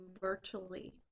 virtually